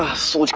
ah so